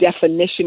definition